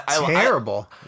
terrible